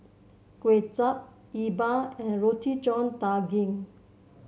Kuay Chap E Bua and Roti John Daging